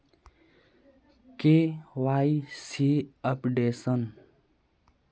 KYC updation?